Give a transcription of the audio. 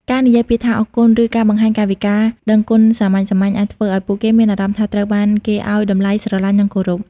ការនិយាយពាក្យថា "អរគុណ" ឬការបង្ហាញកាយវិការដឹងគុណសាមញ្ញៗ អាចធ្វើឱ្យពួកគេមានអារម្មណ៍ថាត្រូវបានគេឱ្យតម្លៃ ស្រឡាញ់ និងគោរព។